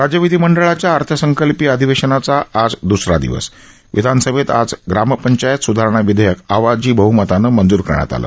राज्य विधी मंडळाच्या अर्थसंकल्पीय अधिवेशनाच्या आजच्या दुसऱ्या दिवशी विधानसभेमध्ये ग्राम पंचायत सुधारणा विधेयक आवाजी बहमतानं मंजूर करण्यात आलं